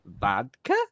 vodka